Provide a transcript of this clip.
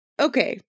okay